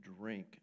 drink